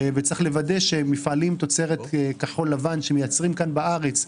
וצריך לוודא שמפעלים תוצרת כחול לבן שמייצרים כאן בארץ,